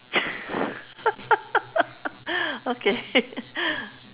okay